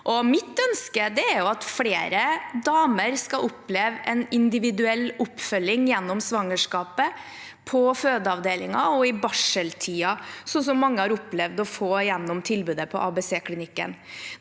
Mitt ønske er at flere damer skal oppleve en individuell oppfølging gjennom svangerskapet, på fødeavdelingen og i barseltiden, slik mange har opplevd å få gjennom tilbudet på ABC-klinikken.